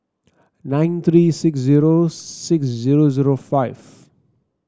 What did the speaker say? nine three six zero six zero zero five